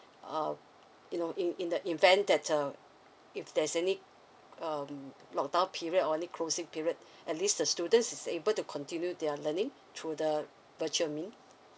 um you know in in the event that uh if there's any um lockdown period or any closing period at least the students is able to continue their learning through the virtual mean